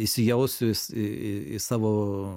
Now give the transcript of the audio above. įsijausiu į savo